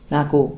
Naku